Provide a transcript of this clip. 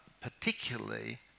particularly